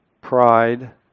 pride